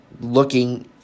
looking